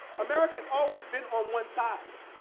america has always been on one side.